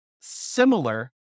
similar